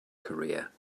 career